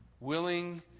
Willing